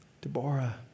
Deborah